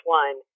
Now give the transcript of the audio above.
one